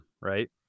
right